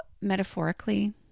metaphorically